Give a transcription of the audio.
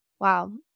Wow